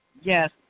Yes